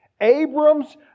Abram's